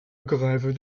grève